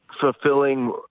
fulfilling